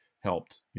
helped